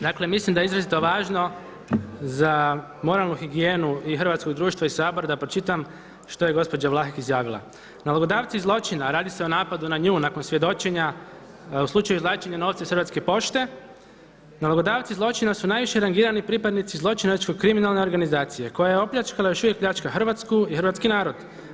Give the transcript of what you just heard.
Dakle mislim da je izrazito važno za moralnu higijenu i hrvatskog društva i Sabora da pročitam što je gospođa Vlahek izjavila „Nalogodavci zločina, a radi se o napadu na nju nakon svjedočenja u slučaju izvlačenja novaca iz Hrvatske pošte, nalogodavci zločina su najviše rangirani pripadnici zločinačko kriminalne organizacije koja je opljačkala i još uvijek pljačka Hrvatsku i hrvatski narod.